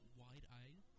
wide-eyed